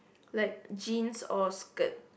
like Jeans or skirt